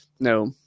No